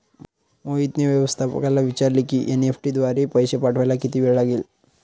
मोहितने व्यवस्थापकाला विचारले की एन.ई.एफ.टी द्वारे पैसे पाठवायला किती वेळ लागेल